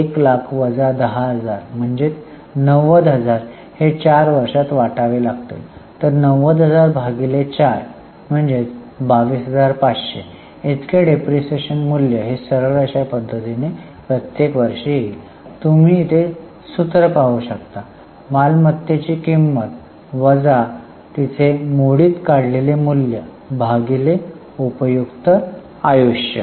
1लाख 10000 म्हणजे 90000 हे 4 वर्षात वाटावे लागेल तर 900004 22500 इतकी डिप्रीशीएशन मूल्य हे सरळ रेषा पद्धतीने प्रत्येक वर्षी येईल तुम्ही इथे सूत्र पाहू शकता मालमत्तेची किंमत वजा मोडीत काढलेले मूल्य भागिले उपयुक्त आयुष्य